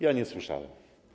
Ja nie słyszałem.